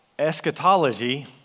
eschatology